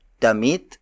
Damit